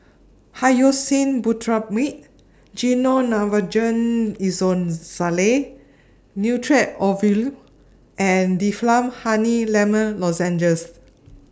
Hyoscine Butylbromide Gyno Lavogen Nitrate Ovule and Difflam Honey Lemon Lozenges